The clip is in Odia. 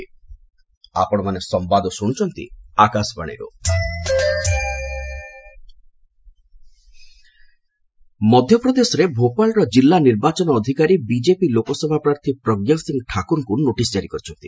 ଇସି ପ୍ରଜ୍ଞାଠାକୁର ମଧ୍ୟପ୍ରଦେଶରେ ଭୋପାଳର ଜିଲ୍ଲା ନିର୍ବାଚନ ଅଧିକାରୀ ବିଜେପି ଲୋକସଭା ପ୍ରାର୍ଥୀ ପ୍ରଜ୍ଞା ସିଂ ଠାକୁରଙ୍କୁ ନୋଟିସ ଜାରି କରିଛନ୍ତି